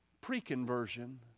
pre-conversion